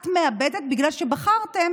את מאבדת, בגלל שבחרתם